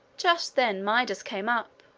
just then midas came up,